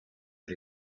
per